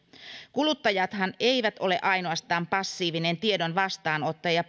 kuluttajathan eivät ole ainoastaan passiivisia tiedon vastaanottajia ja